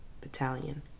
battalion